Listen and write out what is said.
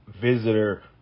visitor